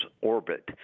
orbit